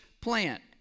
plant